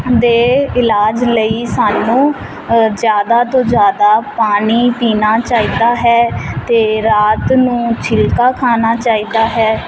ਦੇ ਇਲਾਜ ਲਈ ਸਾਨੂੰ ਜ਼ਿਆਦਾ ਤੋਂ ਜ਼ਿਆਦਾ ਪਾਣੀ ਪੀਣਾ ਚਾਹੀਦਾ ਹੈ ਅਤੇ ਰਾਤ ਨੂੰ ਛਿਲਕਾ ਖਾਣਾ ਚਾਹੀਦਾ ਹੈ